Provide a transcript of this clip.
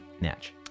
Natch